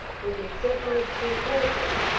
with the exception of two persons,